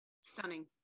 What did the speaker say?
stunning